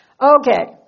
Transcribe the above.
Okay